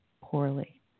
poorly